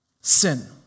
sin